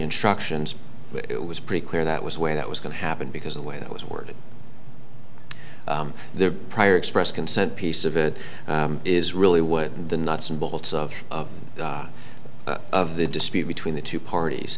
instructions it was pretty clear that was where that was going to happen because the way it was worded the prior express consent piece of it is really what the nuts and bolts of of the of the dispute between the two parties